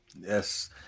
Yes